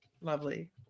Lovely